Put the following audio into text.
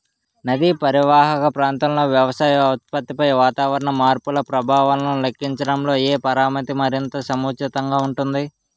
నదీ పరీవాహక ప్రాంతంలో వ్యవసాయ ఉత్పత్తిపై వాతావరణ మార్పుల ప్రభావాలను లెక్కించడంలో ఏ పరామితి మరింత సముచితంగా ఉంటుంది?